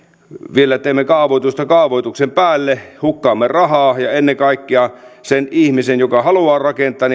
teemme kaavoitusta kaavoituksen päälle hukkaamme rahaa ja ennen kaikkea vaikeutamme sen ihmisen elämää joka haluaa rakentaa